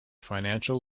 financial